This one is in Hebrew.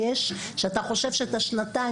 שאתה חושב שאתה שנתיים,